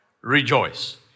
rejoice